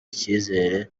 icyizere